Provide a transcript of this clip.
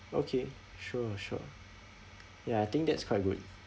okay sure sure ya I think that's quite good